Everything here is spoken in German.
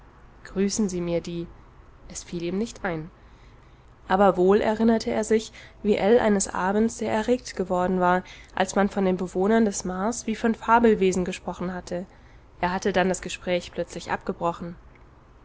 grüßen sie mir die es fiel ihm nicht ein aber wohl erinnerte er sich wie ell eines abends sehr erregt geworden war als man von den bewohnern des mars wie von fabelwesen gesprochen hatte er hatte dann das gespräch plötzlich abgebrochen